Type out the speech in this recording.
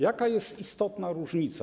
Jaka jest istotna różnica?